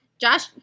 Josh